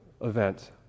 event